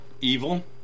evil